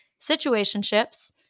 situationships